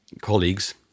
colleagues